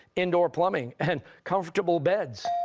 indoor plumbing, and comfortable beds?